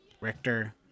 Richter